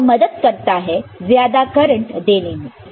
तो वह मदद करता है ज्यादा करंट देने में